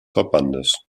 verbandes